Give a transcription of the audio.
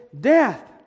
death